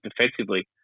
defensively